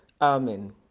Amen